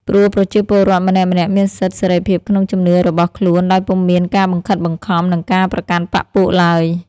ព្រោះប្រជាពលរដ្ឋម្នាក់ៗមានសិទ្ធិសេរីភាពក្នុងជំនឿរបស់ ខ្លួនដោយពុំមានការបង្ខិតបង្ខំ និងការប្រកាន់បក្សពួកឡើយ ។